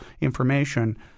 information